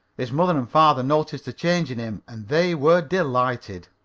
his mother and father noticed the change in him, and they were delighted.